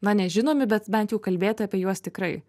na nežinomi bet bent jau kalbėti apie juos tikrai